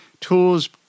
tools